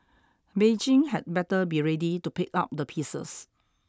Beijing had better be ready to pick up the pieces